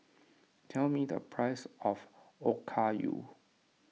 tell me the price of Okayu